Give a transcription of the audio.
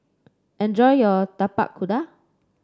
enjoy your Tapak Kuda